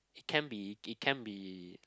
can be it can be